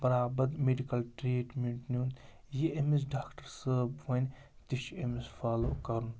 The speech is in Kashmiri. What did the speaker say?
بَرابَد میٚڈِکَل ٹِرٛیٖٹمٮ۪نٛٹ نیُن یہِ أمِس ڈاکٹَر صٲب وَنہِ تہِ چھِ أمِس فالو کَرُن